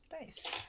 Nice